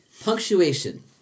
Punctuation